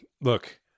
look